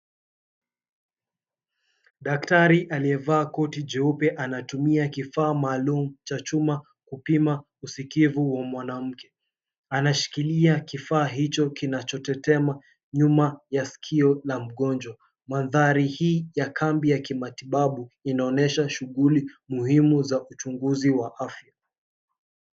Daktari aliyevaa koti jeupe, anatumia kifaa maalum cha chuma kupima usikivu wa mwanamke. Anashikilia kifaa hicho kinachotetema nyuma ya sikio la mgonjwa. Manthari hii ya kambi ya kimatibabu inaonesha shughuli muhimu za uchunguzi wa afya.